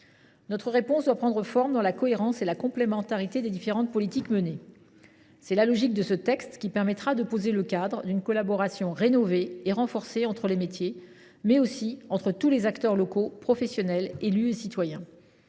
Notre réponse doit prendre forme dans la cohérence et la complémentarité des différentes politiques menées. C’est la logique de ce texte, qui permettra de poser le cadre d’une collaboration rénovée et renforcée entre les métiers, mais aussi entre tous les acteurs locaux, professionnels, élus et citoyens.